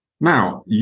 Now